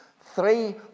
three